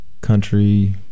country